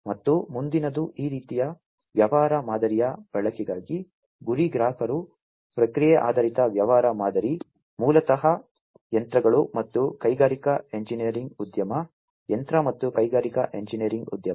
ಮತ್ತು ಮುಂದಿನದು ಈ ರೀತಿಯ ವ್ಯವಹಾರ ಮಾದರಿಯ ಬಳಕೆಗಾಗಿ ಗುರಿ ಗ್ರಾಹಕರು ಪ್ರಕ್ರಿಯೆ ಆಧಾರಿತ ವ್ಯವಹಾರ ಮಾದರಿ ಮೂಲತಃ ಯಂತ್ರಗಳು ಮತ್ತು ಕೈಗಾರಿಕಾ ಎಂಜಿನಿಯರಿಂಗ್ ಉದ್ಯಮ ಯಂತ್ರ ಮತ್ತು ಕೈಗಾರಿಕಾ ಎಂಜಿನಿಯರಿಂಗ್ ಉದ್ಯಮ